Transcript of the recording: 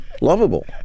lovable